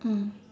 mm